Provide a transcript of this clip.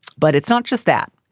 but it's not just that.